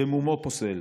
במומו פוסל.